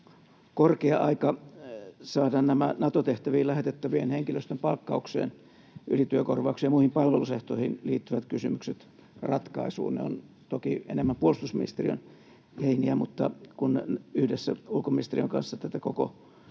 korkea aika saada myös Nato-tehtäviin lähetettävän henkilöstön palkkaukseen, ylityökorvauksiin ja muihin palvelusehtoihin liittyvät kysymykset ratkaisuun. Ne ovat toki enemmän puolustusministeriön heiniä, mutta kun yhdessä ulkoministeriön kanssa tätä koko